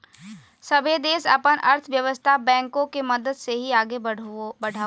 सभे देश अपन अर्थव्यवस्था बैंको के मदद से ही आगे बढ़ावो हय